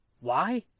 Why